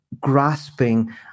grasping